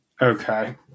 Okay